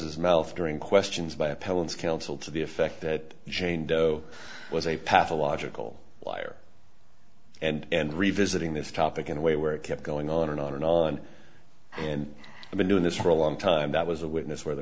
's mouth during questions by appellants counsel to the effect that jane doe was a pathological liar and revisiting this topic in a way where it kept going on and on and on and i've been doing this for a long time that was a witness whe